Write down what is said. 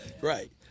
Right